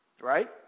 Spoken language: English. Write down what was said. Right